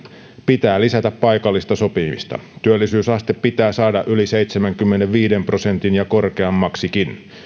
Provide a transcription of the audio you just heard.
pitää lisätä paikallista sopimista työllisyysaste pitää saada yli seitsemänkymmenenviiden prosentin ja korkeammaksikin